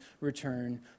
return